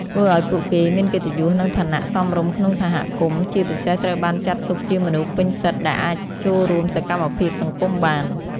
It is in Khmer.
ធ្វើឲ្យពួកគេមានកិត្តិយស និងឋានៈសមរម្យក្នុងសហគមន៍ ជាពិសេសត្រូវបានចាត់ទុកជាមនុស្សពេញសិទ្ធិដែលអាចចូលរួមសកម្មភាពសង្គមបាន។